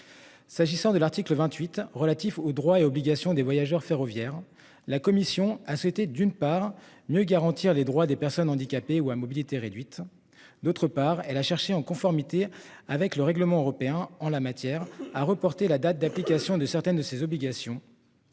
S'agissant de l'article 28 relatifs aux droits et obligations des voyageurs ferroviaires, la commission a souhaité d'une part mieux garantir les droits des personnes handicapées ou à mobilité réduite. D'autre part elle a cherché en conformité avec le règlement européen en la matière a reporté la date d'application de certaines de ses obligations.